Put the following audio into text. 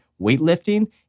weightlifting